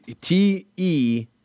T-E